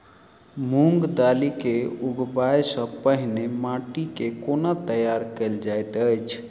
मूंग दालि केँ उगबाई सँ पहिने माटि केँ कोना तैयार कैल जाइत अछि?